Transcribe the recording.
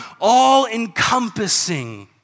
all-encompassing